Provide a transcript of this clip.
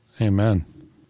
Amen